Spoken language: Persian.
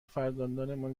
فرزندانمان